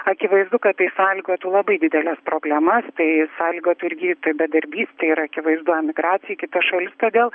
akivaizdu kad tai sąlygotų labai dideles problemas tai sąlygotų ir gydytojų bedarbystė ir akivaizdu emigracija į kitas šalis todėl